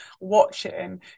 watching